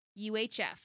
UHF